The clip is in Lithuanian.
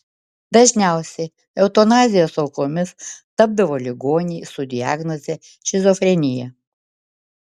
dažniausiai eutanazijos aukomis tapdavo ligoniai su diagnoze šizofrenija